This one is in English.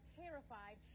terrified